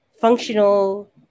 functional